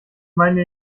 meine